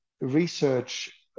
research